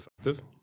effective